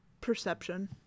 Perception